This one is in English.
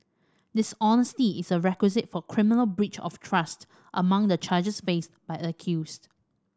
dishonesty is a requisite for criminal breach of trust among the charges faced by accused